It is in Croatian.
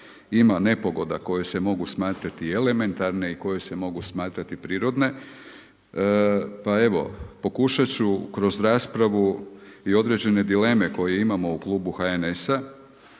ima nepogoda koje se mogu smatrati elementarne i koje se mogu smatrati prirodne. Pa evo, pokušati ću kroz raspravu i određene dileme koje imamo u Klubu HNS-a